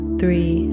three